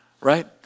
right